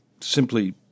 simply